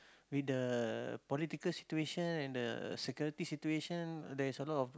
with the political situation and the security situation there's a lot of